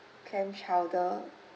clam chowder